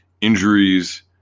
Injuries